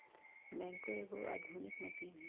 backhoe एगो आधुनिक machine हइ